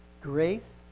grace